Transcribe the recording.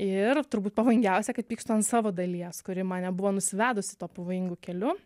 ir turbūt pavojingiausia kad pykstu ant savo dalies kuri mane buvo nusivedusi tuo pavojingu keliu